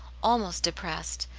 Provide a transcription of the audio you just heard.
almost depressed,